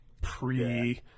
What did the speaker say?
pre